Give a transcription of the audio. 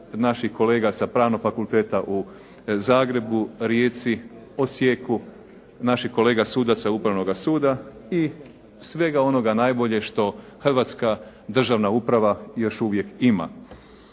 naših kolega sa Pravnog fakulteta u Zagrebu, Rijeci, Osijeku, naših kolega sudaca Upravnoga suda i svega onoga najbolje što hrvatska državna uprava još uvijek ima.